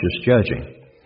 judging